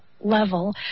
level